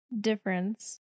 difference